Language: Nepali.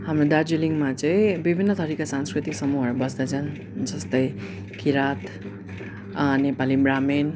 हाम्रो दार्जिलिङमा चाहिँ विभिन्न थरिका सांस्कृतिक समूहहरू बस्दछन् जस्तै किँरात नेपाली ब्राह्मिण